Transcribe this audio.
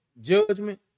judgment